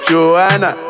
Joanna